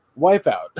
wipeout